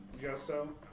Justo